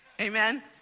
Amen